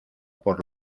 por